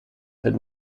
had